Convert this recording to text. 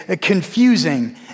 confusing